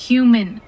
Human